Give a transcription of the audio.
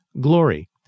glory